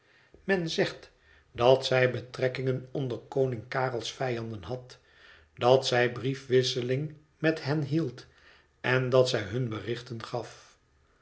men zegt dat zij betrekkingen onder koning karel's vijanden had dat zij briefwisseling met hen hield en dat zij hun berichten gaf